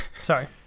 sorry